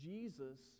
Jesus